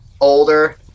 Older